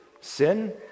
sin